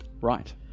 Right